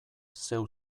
zeu